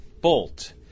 bolt